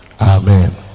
amen